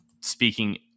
Speaking